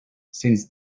since